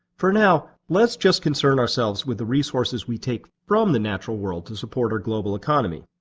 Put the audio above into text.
for now let's just concern ourselves with the resources we take from the natural world to support our global economy.